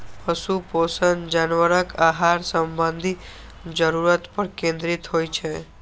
पशु पोषण जानवरक आहार संबंधी जरूरत पर केंद्रित होइ छै